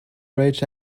rights